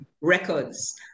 records